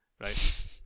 right